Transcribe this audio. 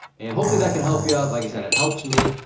and hopefully that can help you out, like i said, it helps me.